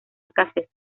escasez